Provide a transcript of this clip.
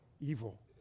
evil